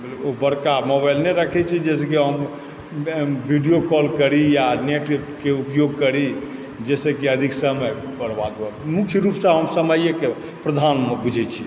ओ बड़का मोबाइल नहि राखै छी जाहिसँ कि हम वीडियो कॉल करी या नेटकेँ उपयोग करी जाहिसँ कि अधिक समय बर्बाद हुए मुख्य रुपसँ हम समयकेँ प्रधानमे बुझै छी